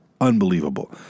unbelievable